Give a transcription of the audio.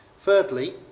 Thirdly